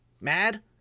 mad